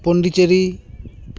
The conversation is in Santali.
ᱯᱚᱱᱰᱤᱪᱮᱨᱤ